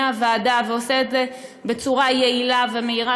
הוועדה ועושה את זה בצורה יעילה ומהירה,